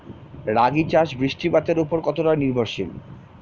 রাগী চাষ বৃষ্টিপাতের ওপর কতটা নির্ভরশীল?